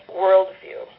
worldview